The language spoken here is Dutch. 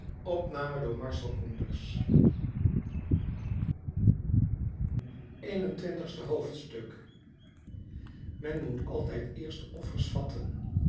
een-en-twintigste hoofdstuk men moet altijd eerst de offers vatten